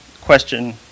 question